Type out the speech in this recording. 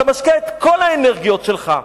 אתה משקיע את כל האנרגיות שלך,